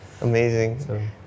amazing